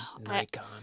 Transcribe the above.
Nikon